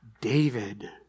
David